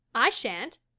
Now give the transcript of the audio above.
i shan't.